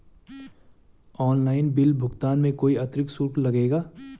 Online bill भुगतान में कोई अतिरिक्त शुल्क लगेगा?